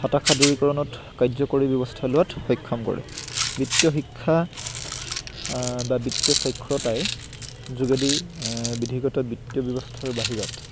হতাশা দূৰীকৰণত কাৰ্যকৰী ব্যৱস্থা লোৱাত সক্ষম কৰে বিত্তীয় শিক্ষা বা আ বিত্তীয় স্বাক্ষৰতাৰ যোগেদি বিধিগত বিত্তীয় ব্যৱস্থাৰ বাহিৰত